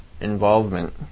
involvement